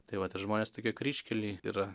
tai va tie žmonės tokioj kryžkelėj yra